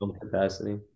capacity